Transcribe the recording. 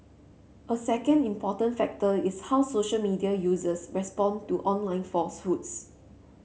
a second important factor is how social media users respond to online falsehoods